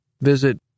visit